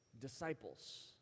disciples